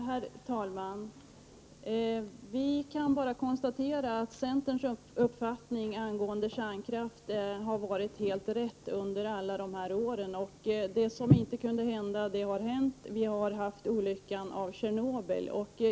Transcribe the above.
Herr talman! Man kan bara konstatera att centerns uppfattning angående kärnkraften har varit helt riktig under alla år. Det som inte kunde hända har hänt. Vi har drabbats av Tjernobyl-olyckan.